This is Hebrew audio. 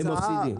מפסידים.